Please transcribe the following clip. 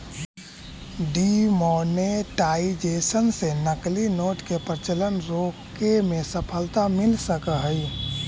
demonetisation से नकली note के प्रचलन रोके में सफलता मिल सकऽ हई